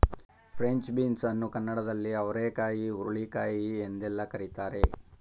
French beans ಅನ್ನು ಕನ್ನಡದಲ್ಲಿ ಅವರೆಕಾಯಿ ಹುರುಳಿಕಾಯಿ ಎಂದೆಲ್ಲ ಕರಿತಾರೆ